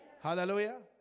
Hallelujah